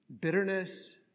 bitterness